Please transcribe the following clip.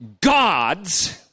God's